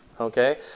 okay